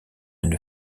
une